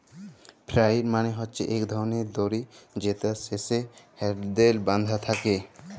flail মালে হছে ইক ধরলের দড়ি যেটর শেষে হ্যালডেল বাঁধা থ্যাকে